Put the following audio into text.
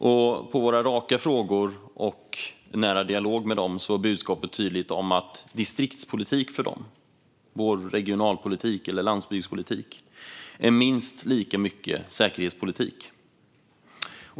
I svar på våra raka frågor och i vår dialog var budskapet tydligt: det de kallar distriktspolitik - vår regionalpolitik eller landsbygdspolitik - är minst lika mycket säkerhetspolitik.